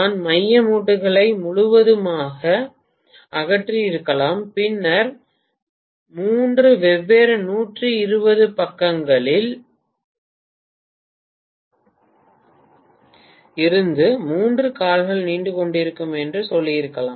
நான் மைய மூட்டுகளை முழுவதுமாக அகற்றியிருக்கலாம் பின்னர் மூன்று வெவ்வேறு 1200 பக்கங்களில் இருந்து மூன்று கால்கள் நீண்டுகொண்டிருக்கட்டும் என்று சொல்லியிருக்கலாம்